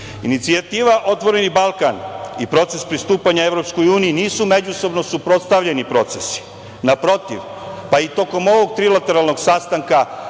uslova. Inicijativa „Otvoreni Balkan“ i proces pristupanja EU nisu međusobno suprotstavljeni procesi. Naprotiv, pa i tokom ovog trilateralnog sastanka